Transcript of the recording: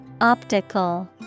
Optical